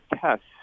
tests